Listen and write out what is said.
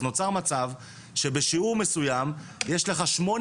אז נוצר מצב שבשיעור מסויים יש לך שמונה